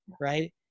right